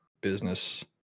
business